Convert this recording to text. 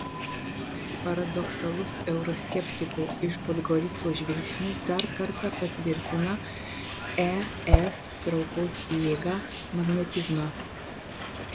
paradoksalus euroskeptiko iš podgoricos žvilgsnis dar kartą patvirtina es traukos jėgą magnetizmą